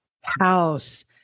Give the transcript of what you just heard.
house